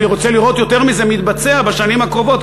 ואני רוצה לראות יותר מזה מתבצע בשנים הקרובות,